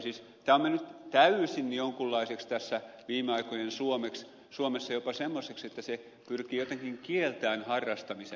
siis tämä on mennyt täysin jonkunlaiseksi tässä viime aikojen suomessa jopa semmoiseksi että se pyrkii jotenkin kieltämään harrastamisen